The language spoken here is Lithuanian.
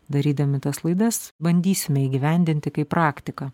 darydami tas laidas bandysime įgyvendinti kaip praktiką